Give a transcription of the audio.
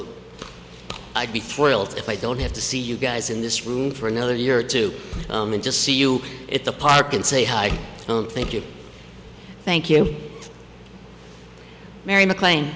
so i'd be thrilled if i don't have to see you guys in this room for another year or two and just see you at the park and say hi and thank you thank you mary maclan